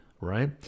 right